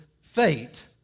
fate